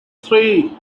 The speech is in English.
three